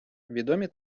відомі